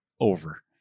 Over